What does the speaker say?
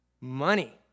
money